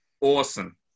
Awesome